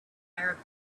arabic